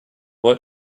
what